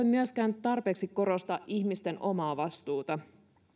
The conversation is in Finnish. myöskään voi tarpeeksi korostaa ihmisten omaa vastuuta